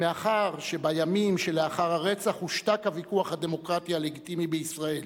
מאחר שבימים שלאחר הרצח הושתק הוויכוח הדמוקרטי הלגיטימי בישראל.